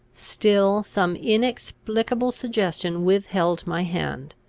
still some inexplicable suggestion withheld my hand.